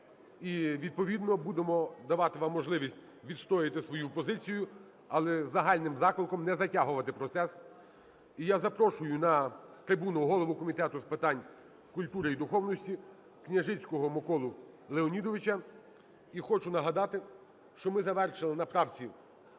і відповідно будемо давати вам можливість відстояти свою позицію, але з загальним закликом не затягувати процес. І я запрошую на трибуну голову Комітету з питань культури і духовності Княжицького Миколу Леонідовича. І хочу нагадати, що ми завершили на правці